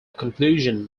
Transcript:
conclusion